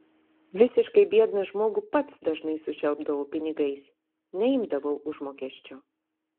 visiškai biedną žmogų pats dažnai sušelpdavau pinigais neimdavau užmokesčio